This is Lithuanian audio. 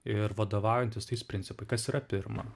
ir vadovaujantis tais principai kas yra pirma